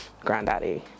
Granddaddy